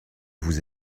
vous